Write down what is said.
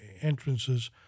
entrances